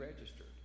registered